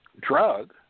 drug